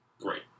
Great